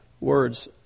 words